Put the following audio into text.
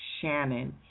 Shannon